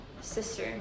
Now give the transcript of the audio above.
sister